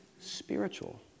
spiritual